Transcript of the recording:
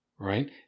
Right